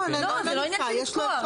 לא, זה לא עניין של לתקוע.